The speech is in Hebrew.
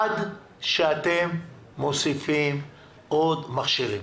הם טענו שבמקום המכשירים